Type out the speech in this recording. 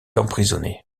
emprisonné